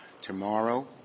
Tomorrow